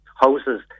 Houses